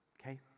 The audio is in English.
okay